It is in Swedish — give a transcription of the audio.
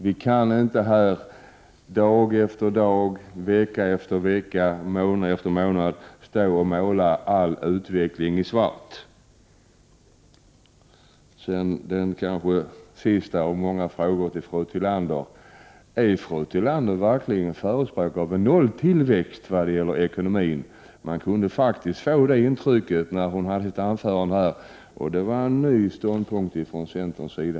Vi kan ju inte dag efter dag, vecka efter vecka och månad efter månad bara måla all utveckling i svart. Så har jag nog kommit till den sista av många frågor till fru Tillander: Är fru Tillander verkligen förespråkare av nolltillväxt i vad gäller ekonomin? 29 Man kan faktiskt få det intrycket, av hennes anförande här att döma, och det är i så fall en ny ståndpunkt från centerns sida.